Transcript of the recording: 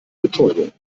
betäubung